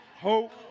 hope